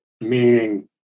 meaning